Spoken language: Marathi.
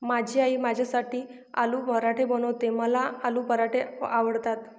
माझी आई माझ्यासाठी आलू पराठे बनवते, मला आलू पराठे आवडतात